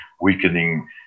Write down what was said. weakening